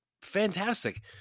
fantastic